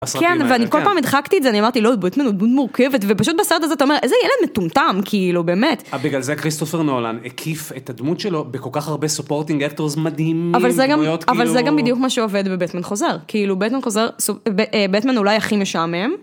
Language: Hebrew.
בסרטים האלה.כן. ואני כל פעם הדחקתי את זה, אני אמרתי לאא..בטמן הוא דמות מורכבת ופשוט בסרט הזה אתה אומר איזה ילד מטומטם כאילו באמת, בגלל זה קריסטופר נולן הקיף את הדמות שלו בכל כך הרבה סופורטינג אקטורס מדהימים, אבל זה גם בדיוק מה שעובד בבטמן חוזר, כאילו בטמן חוזר, בטמן אולי הכי משעמם.